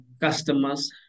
customers